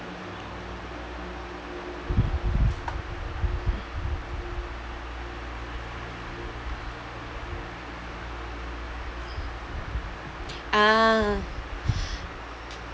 a'ah